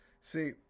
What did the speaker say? See